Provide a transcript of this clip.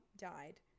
died